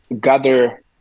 gather